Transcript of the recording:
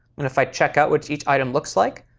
and if i check out what each item looks like,